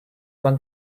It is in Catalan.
van